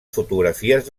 fotografies